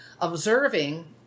Observing